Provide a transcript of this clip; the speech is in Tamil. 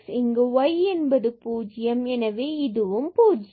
இங்கு y is 0 இதுவும் 0